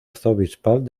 arzobispal